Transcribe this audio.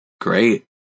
Great